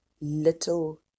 little